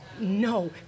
No